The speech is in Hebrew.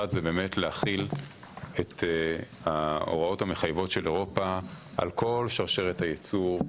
אחד זה באמת להחיל את ההוראות המחייבות של אירופה על כל שרשרת הייצור,